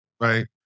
Right